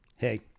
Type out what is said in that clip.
Hey